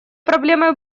проблемой